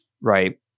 right